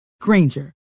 Granger